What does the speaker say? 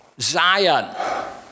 Zion